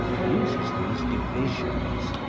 uses these divisions,